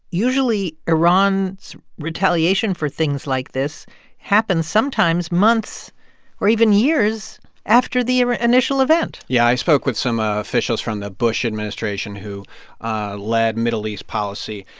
usually, iran's retaliation for things like this happens sometimes months or even years after the initial event yeah, i spoke with some ah officials from the bush administration who led middle east policy.